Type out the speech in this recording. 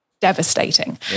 devastating